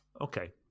Okay